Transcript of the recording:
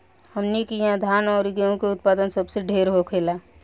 हमनी किहा धान अउरी गेंहू के उत्पदान सबसे ढेर होखेला